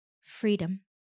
freedom